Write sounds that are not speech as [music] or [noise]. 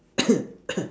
[coughs]